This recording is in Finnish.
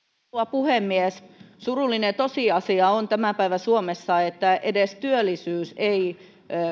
puhemies surullinen tosiasia tämän päivän suomessa on että edes työllisyys ei